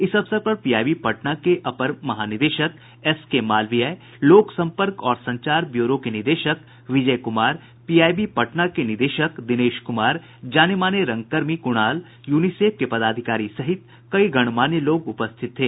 इस अवसर पर पीआईबी पटना के अपर महानिदेशक एसकेमालवीय लोक संपर्क और संचार ब्यूरो के निदेशक विजय कुमार पीआईबी पटना के निदेशक दिनेश कुमार जानेमाने रंगकर्मी कुणाल यूनिसेफ के पदाधिकारी सहित कई गणमान्य लोग उपस्थित थे